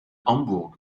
hambourg